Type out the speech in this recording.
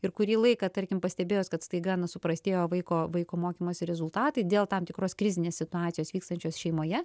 ir kurį laiką tarkim pastebėjus kad staiga na suprastėjo vaiko vaiko mokymosi rezultatai dėl tam tikros krizinės situacijos vykstančios šeimoje